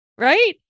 Right